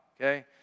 okay